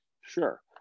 Sure